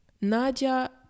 Nadia